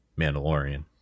Mandalorian